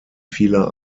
vieler